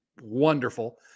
Wonderful